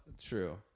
True